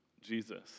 Jesus